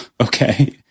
okay